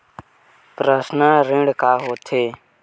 Personal ऋण का होथे?